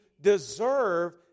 deserve